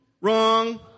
Wrong